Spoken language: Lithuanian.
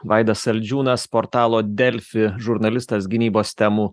vaidas saldžiūnas portalo delfi žurnalistas gynybos temų